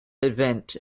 event